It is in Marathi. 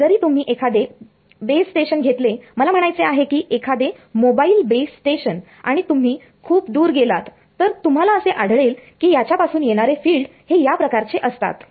जरी तुम्ही एखादे बेस स्टेशन घेतले मला म्हणायचे आहे की एखादे मोबाईल बेस स्टेशन आणि तुम्ही खूप दूर गेलात तर तुम्हाला असे आढळेल की याच्या पासून येणारे फिल्ड हे या प्रकारचे असतात